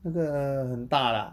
那个很大的啦